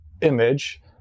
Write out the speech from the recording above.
image